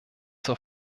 zur